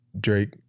Drake